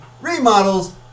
remodels